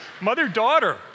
Mother-daughter